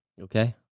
Okay